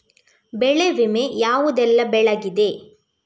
ಬೆಳೆ ವಿಮೆ ಯಾವುದೆಲ್ಲ ಬೆಳೆಗಿದೆ?